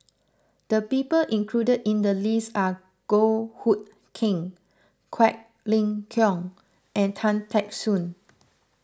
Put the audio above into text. the people included in the list are Goh Hood Keng Quek Ling Kiong and Tan Teck Soon